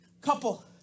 couple